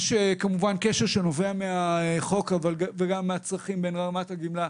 יש כמובן קשר שנובע מהחוק וגם מהצרכים בין רמת הגמלה,